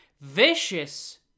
vicious